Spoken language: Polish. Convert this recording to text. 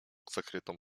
zakrytą